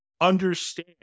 understand